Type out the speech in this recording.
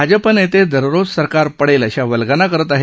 भाजप नेते दररोज सरकार पडेल अशा वल्गना करत आहेत